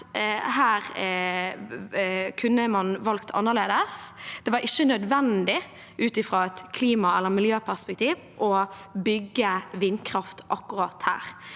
her kunne valgt annerledes. Det var ikke nødvendig ut fra et klima- eller miljøperspektiv å bygge vindkraft